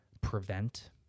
prevent